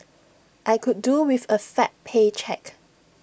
I could do with A fat paycheck